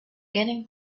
getting